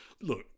Look